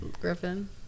griffin